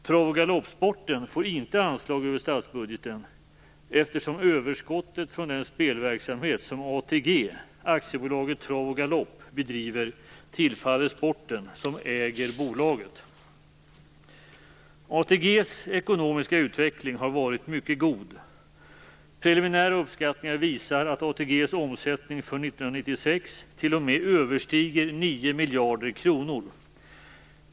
Trav och galoppsporten får inte anslag över statsbudgeten, eftersom överskottet från den spelverksamhet som ATG, Aktiebolaget ATG:s ekonomiska utveckling har varit mycket god. Preliminära uppskattningar visar att ATG:s omsättning för 1996 t.o.m. överstiger 9 miljarder kronor.